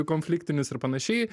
konfliktinius ir panašiai